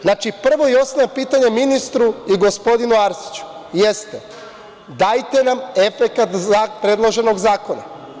Znači, prvo i osnovno pitanje ministru i gospodinu Arsiću jeste – dajte nam efekat predloženog zakona.